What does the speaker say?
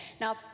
Now